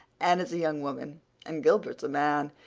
anne is a young woman and gilbert's a man,